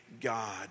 God